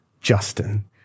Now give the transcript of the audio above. Justin